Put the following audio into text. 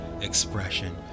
expression